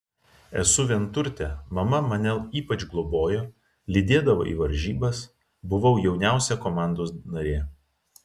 esu vienturtė mama mane ypač globojo lydėdavo į varžybas buvau jauniausia komandos narė